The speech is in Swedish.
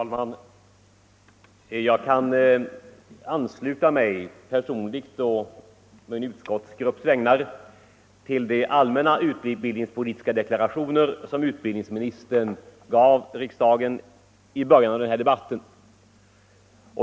Fru talman! Jag kan ansluta mig personligt och å min utskottsgrupps vägnar till de allmänna utbildningspolitiska deklarationer som utbildningsministern gjorde i början av debatten.